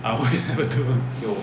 I always never do [one]